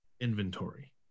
inventory